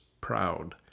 proud